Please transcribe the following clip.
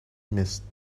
missed